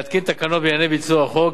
להתקין תקנות בענייני ביצוע החוק,